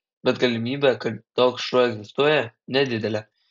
bet galimybė kad toks šuo egzistuoja nedidelė